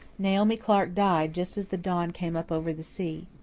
naomi clark died just as the dawn came up over the sea.